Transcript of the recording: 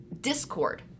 discord